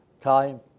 time